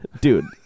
Dude